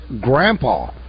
Grandpa